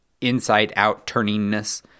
inside-out-turningness